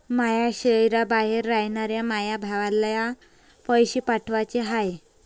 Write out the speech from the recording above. माया शैहराबाहेर रायनाऱ्या माया भावाला पैसे पाठवाचे हाय